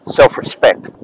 self-respect